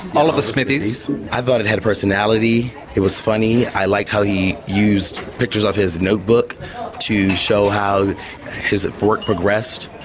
oliver smithies. i thought he had a personality, he was funny. i liked how he used pictures of his notebook to show how his work progressed.